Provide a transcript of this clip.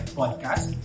podcast